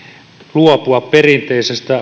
luopua perinteisestä